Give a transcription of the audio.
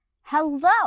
Hello